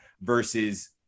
versus